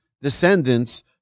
descendants